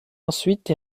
ensuite